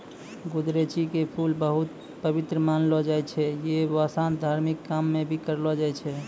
गुदरैंची के फूल बहुत पवित्र मानलो जाय छै यै वास्तं धार्मिक काम मॅ भी करलो जाय छै